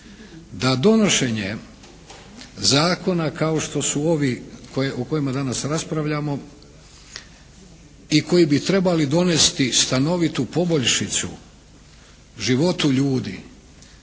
Da donošenje zakona kao što su ovi o kojima danas raspravljamo i koji bi trebali donesti stanovitu poboljšicu životu ljudi